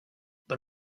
but